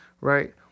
Right